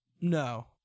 no